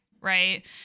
right